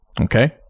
okay